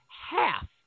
half